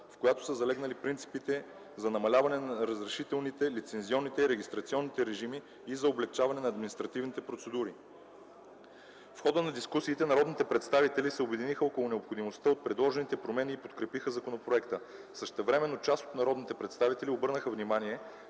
в която са залегнали принципите за намаляване на разрешителните, лицензионните и регистрационните режими и за облекчаване на административните процедури. В хода на дискусиите народните представители се обединиха около необходимостта от предложените промени и подкрепиха законопроекта. Същевременно част от народните представители обърнаха внимание,